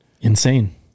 Insane